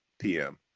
PM